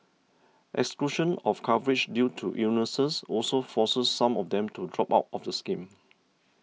exclusion of coverage due to illnesses also forces some of them to drop out of the scheme